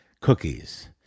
cookies